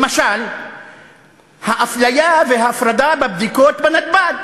למשל האפליה וההפרדה בבדיקות בנתב"ג